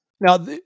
Now